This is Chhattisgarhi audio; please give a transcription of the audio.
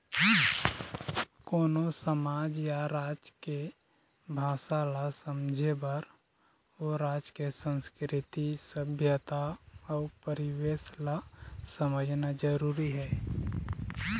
कोनो समाज या राज के भासा ल समझे बर ओ राज के संस्कृति, सभ्यता अउ परिवेस ल समझना जरुरी हे